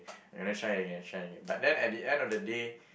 and try again try again but then at the end of the day